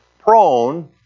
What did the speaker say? prone